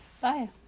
Bye